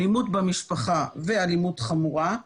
אלימות במשפחה ואלימות חמורה,